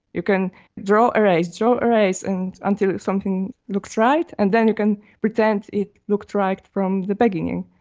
you can draw, erase, draw, erase and until something looks right and then you can pretend it looked right from the beginning.